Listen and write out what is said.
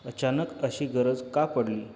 अचानक अशी गरज का पडली